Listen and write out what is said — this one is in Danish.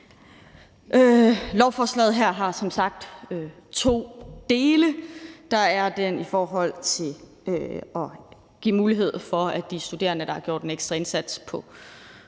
Lovforslaget her har som sagt to dele. Der er en del i forhold til at give mulighed for, at de studerende, der har gjort en ekstra indsats på